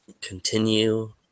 continue